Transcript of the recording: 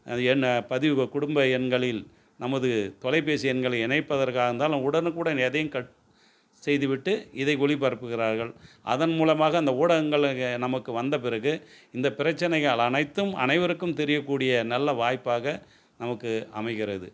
என பதிவு குடும்ப எண்களில் நமது தொலைபேசி எண்களை இணைப்பதற்காக தான் உடனுக்குடன் எதையும் கட் செய்துவிட்டு இதை ஒளிபரப்புகிறார்கள் அதன் மூலமாக அந்த ஊடகங்கள் நமக்கு வந்த பிறகு இந்த பிரச்சனைகள் அனைத்தும் அனைவருக்கும் தெரியக்கூடிய நல்ல வாய்ப்பாக நமக்கு அமைகிறது